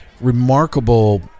remarkable